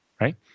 right